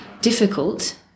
difficult